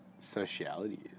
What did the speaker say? sociality